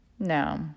No